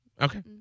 Okay